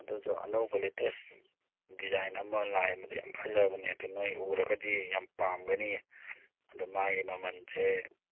ꯑꯗꯨꯁꯨ ꯑꯅꯧꯕ latest design ꯑꯃ ꯂꯥꯛꯑꯦ ꯃꯗꯨ ꯌꯥꯝ ꯐꯖꯕꯅꯦ ꯑꯗꯨ ꯅꯣꯏ ꯎꯔꯒꯗꯤ ꯌꯥꯝ ꯄꯥꯝꯒꯅꯤꯌꯦ ꯑꯗꯨ ꯃꯥꯒꯤ ꯃꯃꯟꯁꯦ